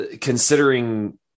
considering